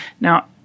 Now